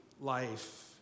life